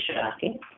shocking